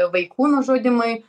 vaikų nužudymui